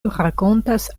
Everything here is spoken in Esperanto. rakontas